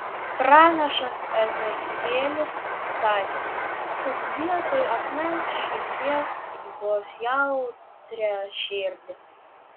pranašas ezechielis sakė kad vietoj akmens širdies duos jautrią širdį